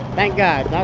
thank god, yeah